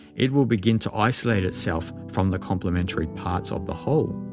it will begin to isolate itself from the complementary parts of the whole.